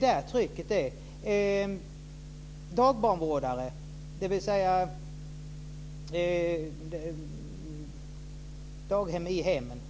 Det finns inget tryck på platserna i familjedaghemmen.